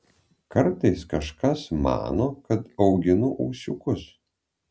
kartais kažkas mano kad auginu ūsiukus